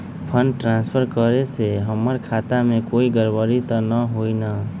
Fund transfer करे से हमर खाता में कोई गड़बड़ी त न होई न?